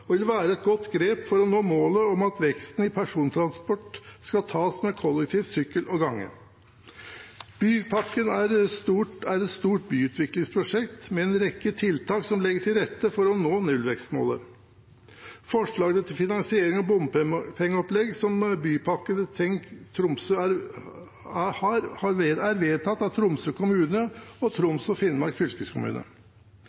og vil være et godt grep for å nå målet om at veksten i persontransport skal tas med kollektivtransport, sykkel eller gange. Bypakken er et stort byutviklingsprosjekt med en rekke tiltak som legger til rette for å nå nullvekstmålet. Forslagene til finansiering av bompengeopplegg som Bypakke Tenk Tromsø har, er vedtatt av Tromsø kommune og